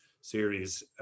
series